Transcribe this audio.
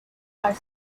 are